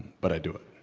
but i do it.